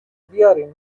بیارین